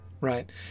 Right